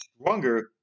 stronger